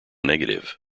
negative